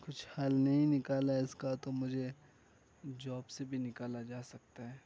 کچھ حل نہیں نکالا اس کا تو مجھے جاب سے بھی نکالا جا سکتا ہے